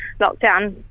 lockdown